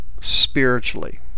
spiritually